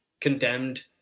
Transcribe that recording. condemned